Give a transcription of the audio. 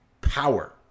power